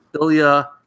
Ilya